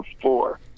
four